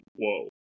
Whoa